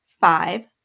Five